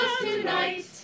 tonight